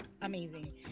amazing